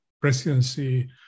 presidency